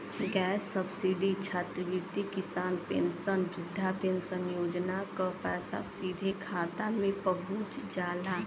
gas subsidy छात्रवृत्ति किसान pension वृद्धा पेंशन योजना क पैसा सीधे खाता में पहुंच जाला